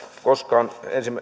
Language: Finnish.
koskaan